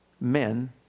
men